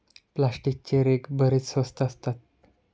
प्लास्टिकचे रेक बरेच स्वस्त असतात